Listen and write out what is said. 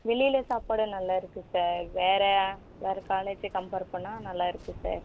வெளியில சாப்பாடு நல்லா இருக்கு சார் வேறு வேறு காலேஜை கம்பேர் பண்ணால் நல்லா இருக்கு சார்